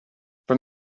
from